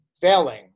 failing